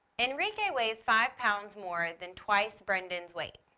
enrique weighs five pounds more than twice brendon's weight.